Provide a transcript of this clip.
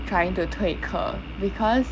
trying to 退课 because